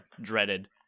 dreaded